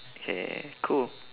okay cool